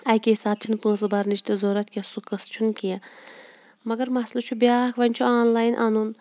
اَکے ساتہٕ چھِنہٕ پونٛسہٕ بَرنٕچ تہِ ضوٚرَتھ کینٛہہ سُہ قٕصہٕ چھُنہٕ کینٛہہ مگر مسلہٕ چھُ بیٛاکھ وۄنۍ چھُ آنلاین اَنُن